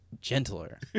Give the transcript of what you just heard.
gentler